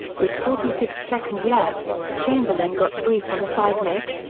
with forty six seconds left, chamberlain got free from the five knicks,